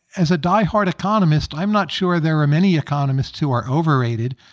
as a die-hard economist, i'm not sure there are many economists who are overrated.